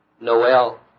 Noel